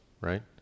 right